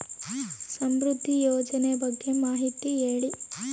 ಸಮೃದ್ಧಿ ಯೋಜನೆ ಬಗ್ಗೆ ಮಾಹಿತಿ ಹೇಳಿ?